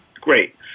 great